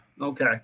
Okay